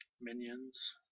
Minions